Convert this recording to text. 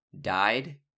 died